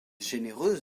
généreuse